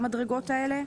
המדרגות האלה.